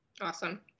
Awesome